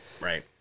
right